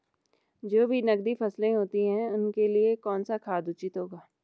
जो भी नकदी फसलें होती हैं उनके लिए कौन सा खाद उचित होगा?